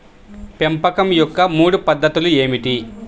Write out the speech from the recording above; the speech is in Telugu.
పెంపకం యొక్క మూడు పద్ధతులు ఏమిటీ?